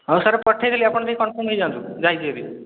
ହଁ ସାର୍ ପଠାଇଦେଲି ଆପଣ ଟିକେ କନ୍ଫର୍ମ୍ ହେଇଯାଆନ୍ତୁ ଯାଇଛି ହେରି